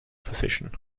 physician